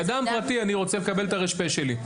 כאדם פרטי אני רוצה לקבל את הר"פ שלי.